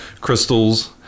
crystals